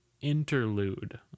interlude